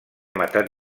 matat